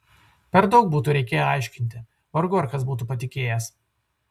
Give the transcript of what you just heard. per daug būtų reikėję aiškinti vargu ar kas būtų patikėjęs